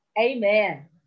Amen